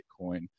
Bitcoin